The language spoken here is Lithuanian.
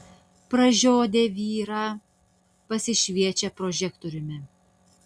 pražiodę vyrą pasišviečia prožektoriumi